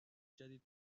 جدید